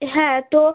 হ্যাঁ তো